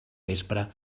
vespre